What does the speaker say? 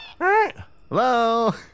hello